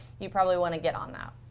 you probably want to get on that.